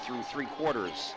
through three quarters